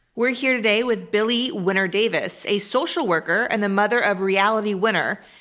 we're here today with billie winner-davis, a social worker and the mother of reality winner,